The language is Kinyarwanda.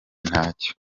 ntacyo